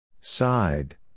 Side